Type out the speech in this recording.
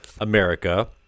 America